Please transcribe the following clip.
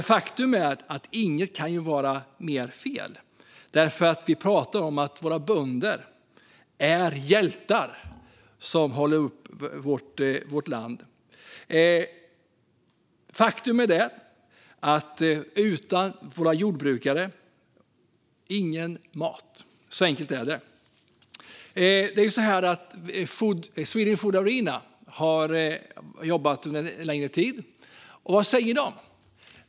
Faktum är att inget ju kan vara mer fel. Våra bönder är hjältar som håller uppe vårt land. Faktum är att utan våra jordbrukare - ingen mat. Så enkelt är det. Sweden Food Arena har jobbat en längre tid. Vad säger de?